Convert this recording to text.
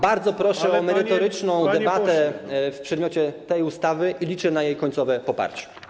Bardzo proszę o merytoryczną debatę w przedmiocie tej ustawy i liczę na jej końcowe poparcie.